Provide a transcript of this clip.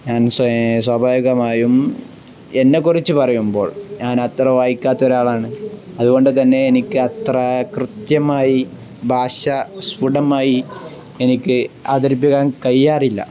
ഞാൻ സ്വാഭാവികമായും എന്നെക്കുറിച്ചു പറയുമ്പോൾ ഞാൻ അത്ര വായിക്കാത്ത ഒരാളാണ് അതുകൊണ്ടുതന്നെ എനിക്കു കൃത്യമായി ഭാഷ സ്ഫുടമായി എനിക്ക് അവതരിപ്പിക്കാൻ കയ്യാറില്ല